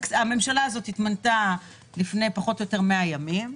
הממשלה הזאת התמנתה לפני פחות או יותר 100 ימים,